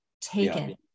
taken